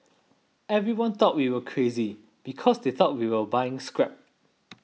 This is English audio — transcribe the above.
everyone thought we were crazy because they thought we were buying scrap